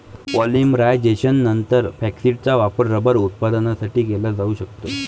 पॉलिमरायझेशननंतर, फॅक्टिसचा वापर रबर उत्पादनासाठी केला जाऊ शकतो